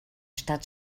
stadt